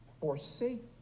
forsake